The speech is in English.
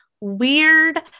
weird